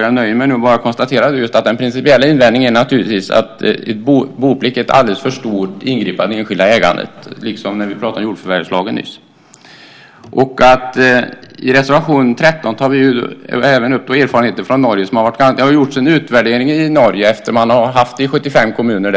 Jag nöjer mig nu med att konstatera att den principiella invändningen är att boplikt är ett alldeles för stort ingripande i det enskilda ägandet - liksom med jordförvärvslagen. I reservation 13 tar vi upp erfarenheter från Norge. Det har gjorts en utvärdering i Norge som har haft boplikt i 75 kommuner.